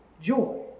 joy